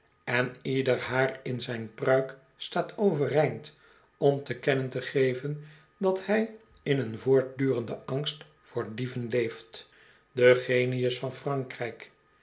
en ieder haar in zijn pruik staat overeind om te kennen te geven dat hij in een voortdurenden angst voor dieven leeft de genius van frankrijk